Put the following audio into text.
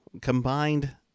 Combined